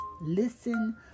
Listen